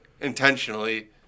intentionally